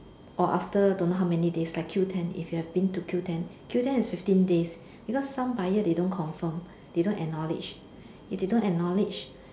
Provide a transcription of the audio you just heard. or after don't know how many days like Q-ten if you've been to Q-ten Q-ten is fifteen days because some buyer they don't confirm they don't acknowledge if they don't acknowledge